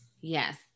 yes